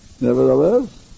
nevertheless